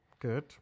Good